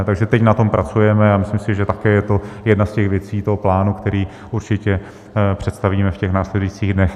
Takže teď na tom pracujeme a myslím si, že také je to jedna z věcí plánu, který určitě představíme v následujících dnech.